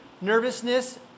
nervousness